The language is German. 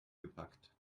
gepackt